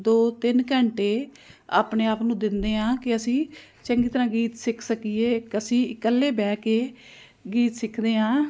ਦੋ ਤਿੰਨ ਘੰਟੇ ਆਪਣੇ ਆਪ ਨੂੰ ਦਿੰਦੇ ਹਾਂ ਕਿ ਅਸੀਂ ਚੰਗੀ ਤਰ੍ਹਾਂ ਗੀਤ ਸਿੱਖ ਸਕੀਏ ਅਸੀਂ ਇਕੱਲੇ ਬਹਿ ਕੇ ਗੀਤ ਸਿੱਖਦੇ ਹਾਂ